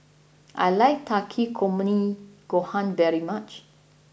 I like Takikomi Gohan very much